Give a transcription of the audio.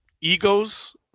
egos